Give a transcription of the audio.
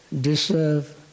deserve